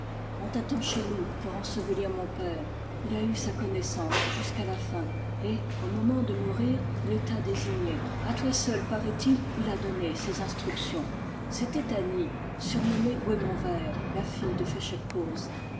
on t'attend chez nous pour ensevelir mon père il a eu sa connaissance jusqu'à la fin et au moment de mourir il t'a désigné a toi seul parait il il a donné ses instructions c'était annie surnommée goémon vert d la fille de